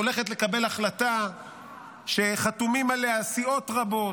הולכת לקבל החלטה שחתומות עליה סיעות רבות.